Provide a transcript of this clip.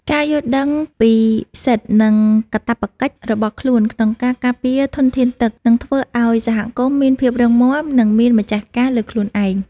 ការយល់ដឹងពីសិទ្ធិ និងកាតព្វកិច្ចរបស់ខ្លួនក្នុងការការពារធនធានទឹកនឹងធ្វើឱ្យសហគមន៍មានភាពរឹងមាំ និងមានម្ចាស់ការលើខ្លួនឯង។